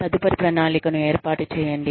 తదుపరి ప్రణాళికను ఏర్పాటు చేయండి